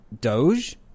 Doge